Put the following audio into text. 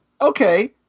okay